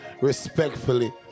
respectfully